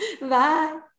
Bye